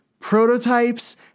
Prototypes